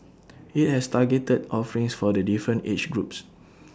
IT has targeted offerings for the different age groups